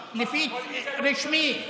רשמית.